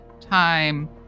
time